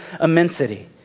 immensity